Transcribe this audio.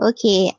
Okay